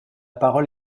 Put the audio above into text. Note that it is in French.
parole